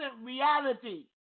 reality